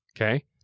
Okay